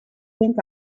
think